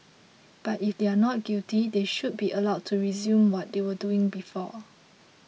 but if they are not guilty they should be allowed to resume what they were doing before